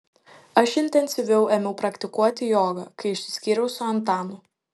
aš intensyviau ėmiau praktikuoti jogą kai išsiskyriau su antanu